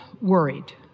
worried